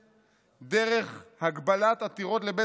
דרך הגבלת עתירות לבית המשפט,